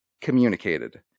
communicated